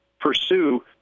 pursue